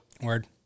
Word